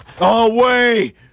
Away